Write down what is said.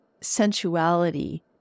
sensuality